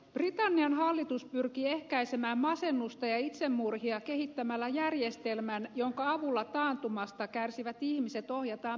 britannian hallitus pyrkii ehkäisemään masennusta ja itsemurhia kehittämällä järjestelmän jonka avulla taantumasta kärsivät ihmiset ohjataan psykoterapiaan